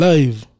Live